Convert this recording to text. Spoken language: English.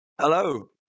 Hello